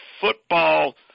football